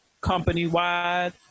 company-wide